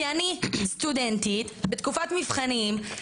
כי אני סטודנטית בתקופת מבחנים,